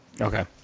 Okay